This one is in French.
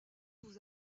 vous